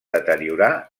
deteriorar